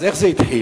אז איך זה התחיל?